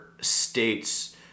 states